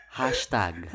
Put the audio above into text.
hashtag